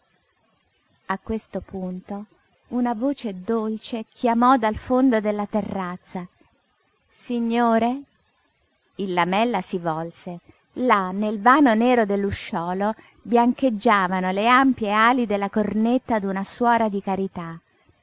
piú a questo punto una voce dolce chiamò dal fondo della terrazza signore il lamella si volse là nel vano nero dell'usciolo biancheggiavano le ampie ali della cornetta d'una suora di carità